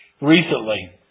recently